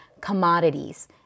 Commodities